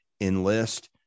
enlist